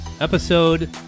Episode